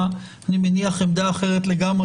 זה ברור לחלוטין.